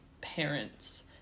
parents